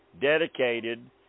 dedicated